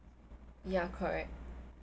ya correct